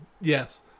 yes